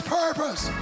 purpose